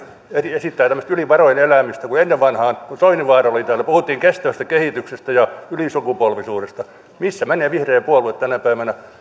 esittää tämmöistä yli varojen elämistä ennen vanhaan kun soininvaara oli täällä puhuttiin kestävästä kehityksestä ja ylisukupolvisuudesta missä menee vihreä puolue tänä päivänä